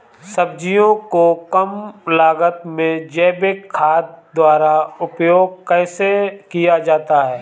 सब्जियों को कम लागत में जैविक खाद द्वारा उपयोग कैसे किया जाता है?